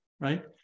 Right